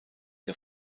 der